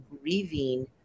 grieving